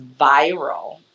viral